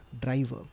driver